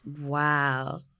Wow